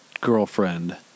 girlfriend